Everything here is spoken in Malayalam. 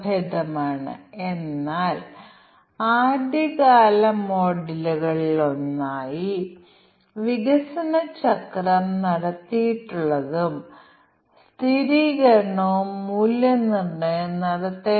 A B C C A എന്നിവ സിക്ക് തുല്യമാണെങ്കിൽ ഇവയെല്ലാം ശരിയാണെങ്കിൽ ഇത് ഒരു സമഭുജ ത്രികോണമാണെന്നും അങ്ങനെയാണെന്നും ഞങ്ങൾ എഴുതുന്നു